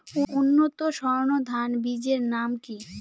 উন্নত সর্ন ধান বীজের নাম কি?